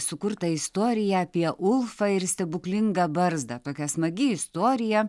sukurtą istoriją apie ulfą ir stebuklingą barzdą tokia smagi istorija